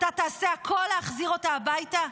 אתה תעשה הכול להחזיר אותה הביתה?